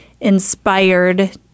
inspired